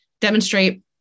demonstrate